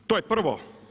To je prvo.